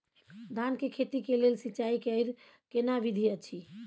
धान के खेती के लेल सिंचाई कैर केना विधी अछि?